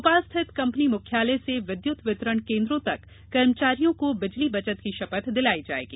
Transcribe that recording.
भोपाल स्थित कंपनी मुख्यालय से विद्युत वितरण केन्द्रों तक कर्मचारियों को बिजली बचत की शपथ दिलाई जायेगी